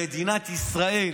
במדינת ישראל